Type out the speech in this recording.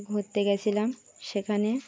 ঘুরতে গিয়েছিলাম সেখানে